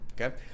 okay